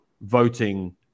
voting